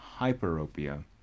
hyperopia